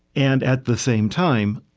and at the same time,